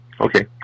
Okay